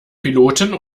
piloten